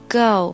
go